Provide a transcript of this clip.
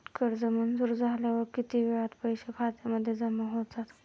कर्ज मंजूर झाल्यावर किती वेळात पैसे खात्यामध्ये जमा होतात?